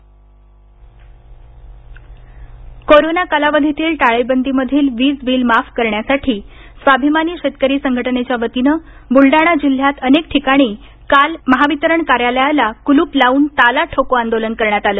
वीजबिल सांगली बुलडाणा कोरोना कालावधीतील टाळेबंदी मधील वीज बिल माफ करण्यासाठी स्वाभिमा नीशेतकरी संघटनेच्या वतीनं बुलडाणा जिल्हयात अनेक ठिकाणी काल महावितरण कार्यालयाला कुलूप लावून ताला ठोको आंदोलन करण्यात आलं